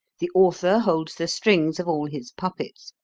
the author holds the strings of all his puppets,